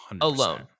alone